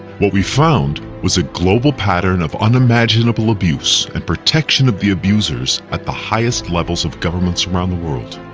what we found was a global pattern of unimaginable abuse, and protection of the abusers at the highest levels of governments around the world.